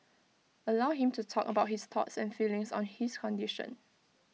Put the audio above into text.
allow him to talk about his thoughts and feelings on his condition